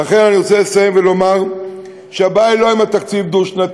לכן אני רוצה לסיים ולומר שהבעיה היא לא עם התקציב הדו-שנתי,